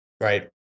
Right